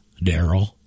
Daryl